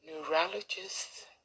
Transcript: Neurologists